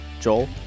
Joel